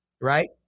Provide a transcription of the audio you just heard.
right